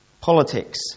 politics